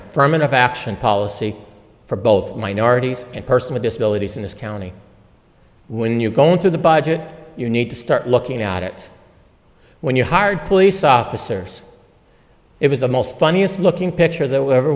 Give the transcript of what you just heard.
affirmative action policy for both minorities and person with disabilities in this county when you're going through the budget you need to start looking at it when you're hard police officers it was the most funniest looking picture there were ever